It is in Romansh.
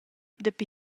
dapi